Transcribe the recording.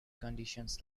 conditions